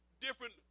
different